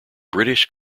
british